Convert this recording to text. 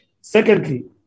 Secondly